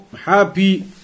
happy